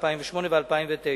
2008 ו-2009.